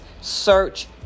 search